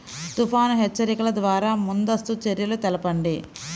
తుఫాను హెచ్చరికల ద్వార ముందస్తు చర్యలు తెలపండి?